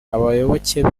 abayoboke